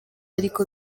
ariko